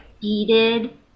beaded